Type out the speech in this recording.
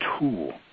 tool